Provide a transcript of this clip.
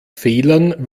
fehlern